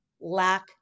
lack